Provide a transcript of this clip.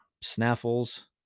snaffles